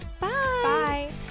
bye